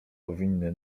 powinny